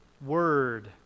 word